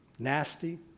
Nasty